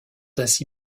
ainsi